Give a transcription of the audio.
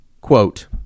quote